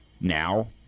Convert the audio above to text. Now